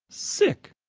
sick!